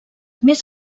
més